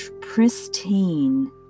pristine